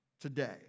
today